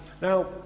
Now